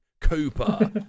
Cooper